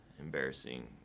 embarrassing